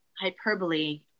hyperbole